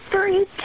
three